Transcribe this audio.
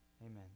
Amen